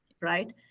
right